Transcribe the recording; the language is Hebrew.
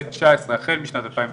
החל משנת 2019,